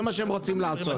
זה מה שהם רוצים לעשות.